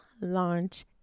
launch